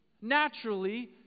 naturally